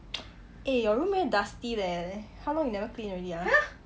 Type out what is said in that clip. eh your room very dusty leh how long you never clean already ah